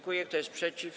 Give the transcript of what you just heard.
Kto jest przeciw?